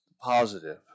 positive